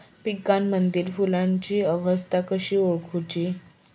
पिकांमदिल फुलांची अवस्था कशी ओळखुची?